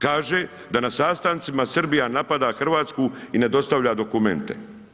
Kaže, da na sastancima, Srbija napada Hrvatsku i ne dostavlja dokumente.